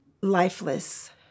Lifeless